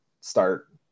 start